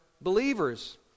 believers